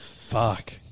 Fuck